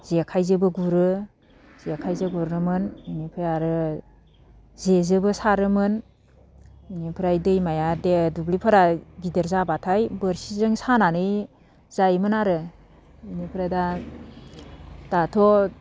जेखाइजोंबो गुरो जेखाइजों गुरोमोन बिनिफ्राय आरो जेजोंबो सारोमोन बेनिफ्राय दैमाया दुब्लिफोरा गिदिर जाबाथाय बोरसिजों सानानै जायोमोन आरो बेनिफ्राय दा दाथ'